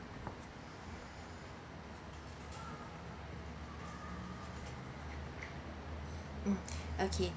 mm okay